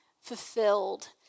fulfilled